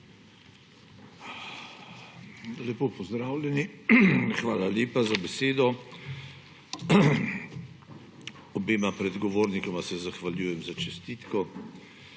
Lepo pozdravljeni! Hvala lepa za besedo. Obema predgovornikoma se zahvaljujem za čestitko,